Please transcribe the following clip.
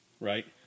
right